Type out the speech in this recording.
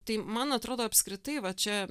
tai man atrodo apskritai va čia